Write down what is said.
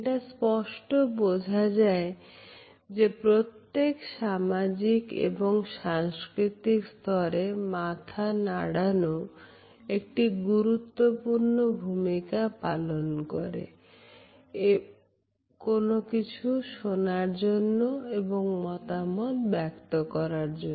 এটা স্পষ্ট বোঝা যায় যে প্রত্যেক সামাজিক এবং সাংস্কৃতিক স্তরে মাথা নাড়ানো একটি গুরুত্বপূর্ণ ভূমিকা পালন করে কোন কিছু শোনার জন্য এবং মতামত ব্যক্ত করার জন্য